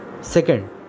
second